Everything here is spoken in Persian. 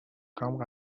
کام